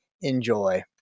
Enjoy